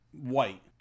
White